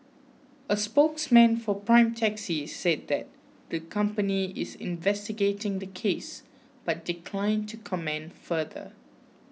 a spokesman for Prime Taxi said that the company is investigating the case but declined to comment further